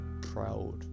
proud